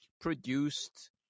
produced